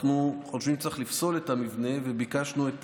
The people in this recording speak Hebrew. אנחנו חושבים שצריכים לפסול את המבנה וביקשנו את